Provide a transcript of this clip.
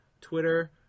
Twitter